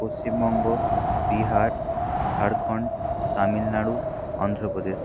Paschimbanga Bihar Jharkhand Tamil Nadu Andhra Pradesh